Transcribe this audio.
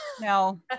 no